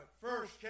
first